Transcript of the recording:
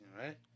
right